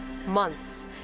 Months